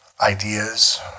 ideas